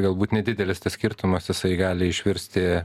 galbūt nedidelis tas skirtumas jisai gali išvirsti